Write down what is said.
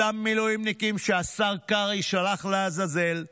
אותם מילואימניקים שהשר קרעי שלח לעזאזל,